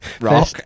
rock